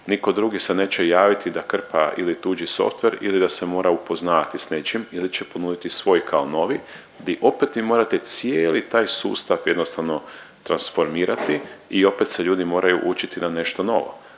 niko drugi se neće javiti da krpa ili tuđi softver ili da se mora upoznavati s nečim ili će ponuditi svoj kao novi di opet vi morate cijeli taj sustav jednostavno transformirati i opet se ljudi moraju učiti na nešto novo,